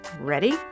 Ready